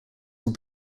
will